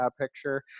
picture